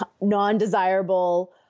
non-desirable